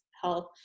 health